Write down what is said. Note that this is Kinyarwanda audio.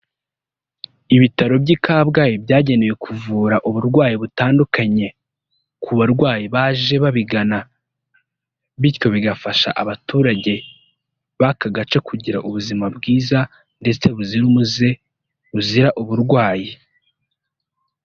Ibitaro by'i Kabgayi byagenewe kuvura uburwayi butandukanye ku barwayi baje babigana, bityo bigafasha abaturage b'aka gace kugira ubuzima bwiza ndetse buzira umuze buzira uburwayi.